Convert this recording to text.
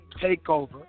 Takeover